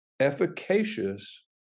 efficacious